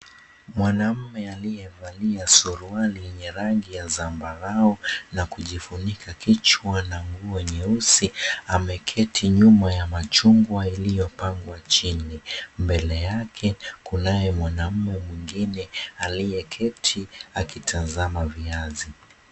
Mwanaume aliyevalia suruali yenye rangi ya zambarau na kujifunika kichwa na nguo nyeusi ameketi nyuma ya machungwa yaliyopangwa chini. Mbele yake kunaye mwanaume mwingine aliyeketi akitazama viazi.